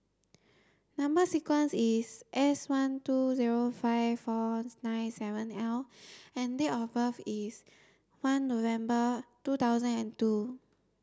number sequence is S one two zero five four nine seven L and date of birth is one November two thousand and two